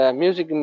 music